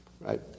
right